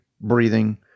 breathing